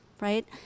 right